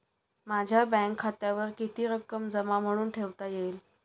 माझ्या बँक खात्यावर किती रक्कम जमा म्हणून ठेवता येईल?